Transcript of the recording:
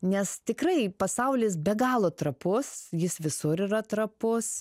nes tikrai pasaulis be galo trapus jis visur yra trapus